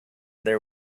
there